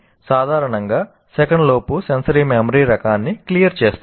sensory memory రకాన్ని clear చేస్తుంది